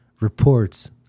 reports